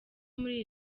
muri